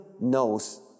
knows